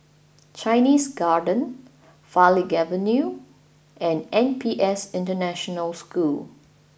Chinese Garden Farleigh Avenue and N P S International School